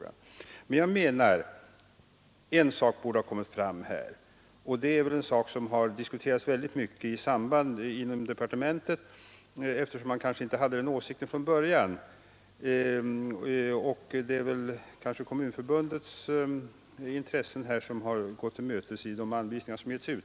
Jag menar emellertid att det är en sak som borde ha kommit fram i svaret — en sak som förmodligen diskuterats mycket inom departementet, eftersom man från början inte torde ha haft den åsikt som senare kommit till uttryck. Det är kanske Kommunförbundets intressen som tillmötesgåtts i de anvisningar som givits ut.